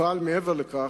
אבל מעבר לכך,